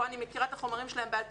אני מכירה את החומרים שלהם בעל פה,